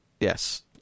Yes